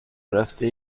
رفته